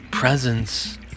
presence